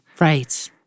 right